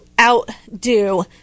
outdo